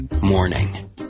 morning